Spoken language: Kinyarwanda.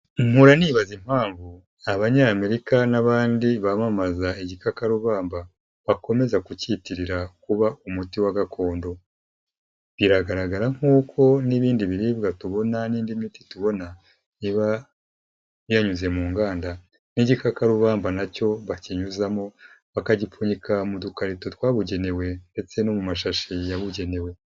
Mpora nibaza impamvu Abanyamerika n'abandi bamamaza igikakarubamba, bakomeza kucyitirira kuba umuti wa gakondo. Biragaragara nkuko n'ibindi biribwa tubona n'indi miti tubona iba yanyuze mu nganda, n'igikakarubamba na cyo bakinyuzamo bakagipfunyika mu dukarito twabugenewe ndetse no mu mashashi yabugenewe.